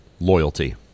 loyalty